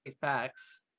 facts